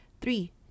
Three